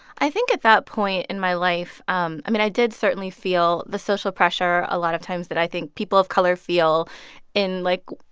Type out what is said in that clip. i think at that point in my life um i mean, i did certainly feel the social pressure a lot of times that i think people of color feel in, like,